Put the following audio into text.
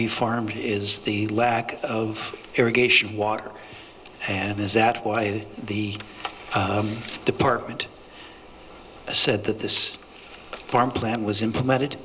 be farming is the lack of irrigation water and is that why the department said that this farm plan was implemented